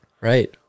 Right